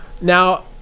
now